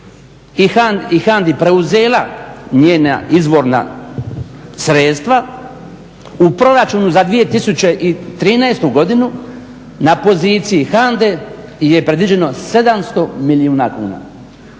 HANDA-i preuzela njena izvorna sredstva, u proračunu za 2013. godinu na poziciji HANDA-e je predviđeno 700 milijuna kuna.